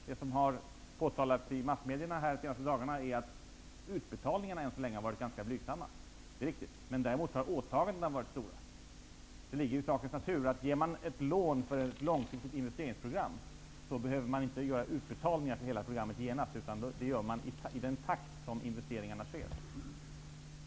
Det som har påtalats av massmedierna under de senaste dagarna är att utbetalningarna än så länge har varit ganska blygsamma. Det är riktigt, men däremot har åtagandena varit ganska stora. Det ligger i sakens natur att det, om man ger ett lån för ett långsiktigt investeringsprogram, inte genast behöver göras utbetalningar för hela programmet. Det gör man i den takt som investeringarna genomförs.